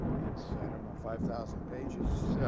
it's i don't know five thousand pages